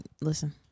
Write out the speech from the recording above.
Listen